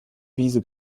wiese